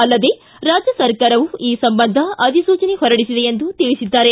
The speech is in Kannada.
ಅಲ್ಲದೇ ರಾಜ್ಯ ಸರ್ಕಾರವೂ ಈ ಸಂಬಂಧ ಅಧಿಸೂಚನೆ ಹೊರಡಿಸಿದೆ ಎಂದು ತಿಳಿಸಿದ್ದಾರೆ